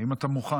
האם אתה מוכן?